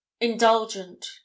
indulgent